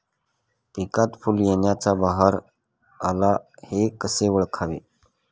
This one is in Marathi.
पिकात फूल येण्याचा बहर आला हे कसे ओळखावे?